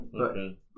okay